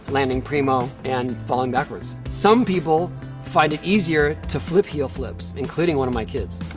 landing primo, and falling backwards. some people find it easier to flip heel flips, including one of my kids.